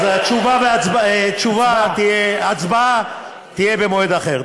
אז הצבעה תהיה במועד אחר.